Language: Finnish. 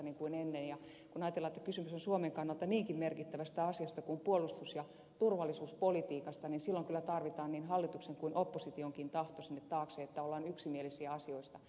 kun ajatellaan että kysymys on suomen kannalta niinkin merkittävästä asiasta kuin puolustus ja turvallisuuspolitiikasta niin silloin kyllä tarvitaan niin hallituksen kuin oppositionkin tahto sinne taakse että ollaan yksimielisiä asioista